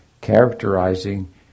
characterizing